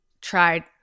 tried